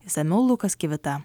išsamiau lukas kivita